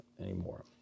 anymore